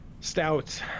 stouts